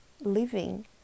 living